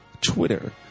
Twitter